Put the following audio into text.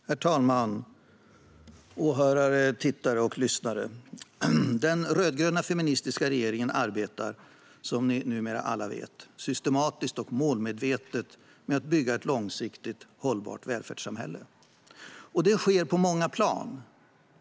Herr talman, åhörare, tittare och lyssnare! Den rödgröna feministiska regeringen arbetar, som ni numera alla vet, systematiskt och målmedvetet med att bygga ett långsiktigt hållbart välfärdssamhälle. Detta sker på många plan.